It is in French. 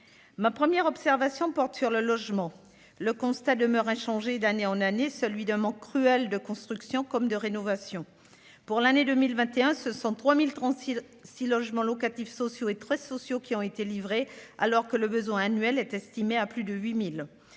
Ma première observation porte sur le logement. Le constat demeure inchangé d'année en année, celui d'un manque cruel de constructions comme de rénovations. Pour l'année 2021, ce sont 3 036 logements locatifs sociaux et très sociaux qui ont été livrés, alors que le besoin annuel est estimé à plus de 8 000.